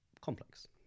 complex